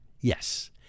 Yes